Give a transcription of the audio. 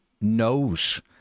knows